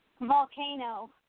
volcano